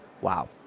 Wow